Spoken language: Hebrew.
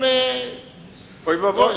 אוי ואבוי.